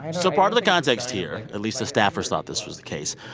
and so part of the context here, at least the staffers thought this was the case,